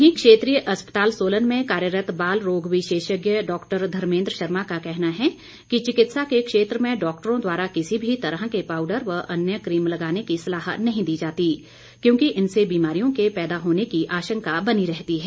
वहीं क्षेत्रीय अस्पताल सोलन में कार्यरत बाल रोग विशेषज्ञ धर्मेन्द्र शर्मा का कहना है कि चिकित्सा के क्षेत्र में डॉक्टरों द्वारा किसी भी तरह के पाऊडर व अन्य कीम लगाने की सलाह नहीं दी जाती क्योंकि इनसे बीमारियों के पैदा होने की आशंका बनी रहती है